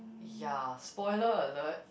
ya spoiler alert